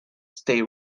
stay